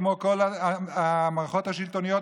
כמו בכל המערכות השלטוניות,